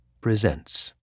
presents